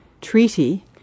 Treaty